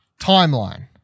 Timeline